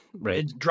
right